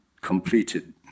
completed